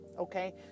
Okay